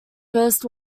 first